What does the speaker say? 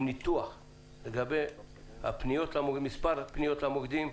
ניתוח לגבי הפניות ומספר הפניות למוקדים,